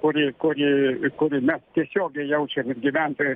kurį kurį kurį mes tiesiogiai jaučiam ir gyventojai